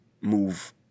move